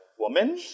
Woman